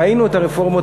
ראינו את הרפורמות